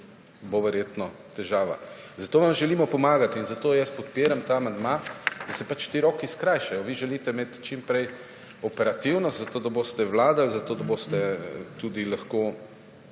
bo verjetno težava. Zato vam želimo pomagati in zato jaz podpiram ta amandma, da se pač ti roki skrajšajo. Vi želite imeti čim prej operativnost, zato da boste vladali, zato da boste tudi lahko